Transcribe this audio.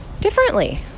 differently